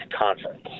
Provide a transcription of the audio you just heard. conference